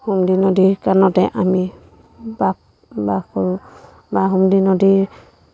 সুমদি নদীৰ কাণতে আমি বা বাস কৰোঁ বা সুমদি নদীৰ